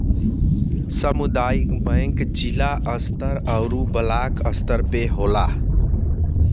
सामुदायिक बैंक जिला स्तर आउर ब्लाक स्तर पे होला